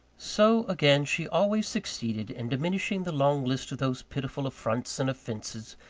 so, again, she always succeeded in diminishing the long list of those pitiful affronts and offences,